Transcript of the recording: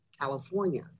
California